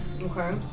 Okay